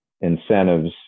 incentives